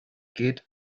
geht